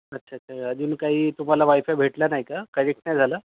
अच्छा तर अजून काही तुम्हाला वायफाय भेटलं नाही का कनेक्ट नाही झालं